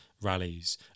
rallies